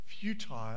futile